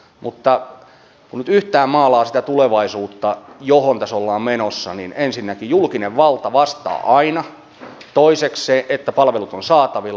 mutta kun nyt yhtään maalaa sitä tulevaisuutta johon tässä ollaan menossa niin ensinnäkin julkinen valta vastaa aina siitä että palvelut ovat saatavilla